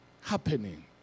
happening